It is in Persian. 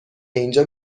اینجا